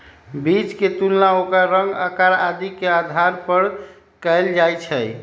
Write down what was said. बीज के तुलना ओकर रंग, आकार आदि के आधार पर कएल जाई छई